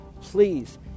please